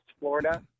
Florida